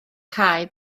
cae